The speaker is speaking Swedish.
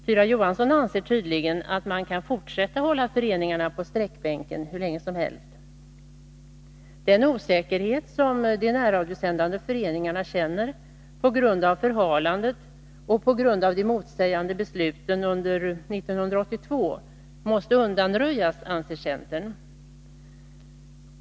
Tyra Johansson anser tydligen att man kan fortsätta att hålla föreningarna på sträckbänken hur länge som helst. Den osäkerhet som de närradiosändande föreningarna känner på grund av förhalandet och på grund av de motsägande besluten under 1982 måste undanröjas, anser centern.